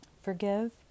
Forgive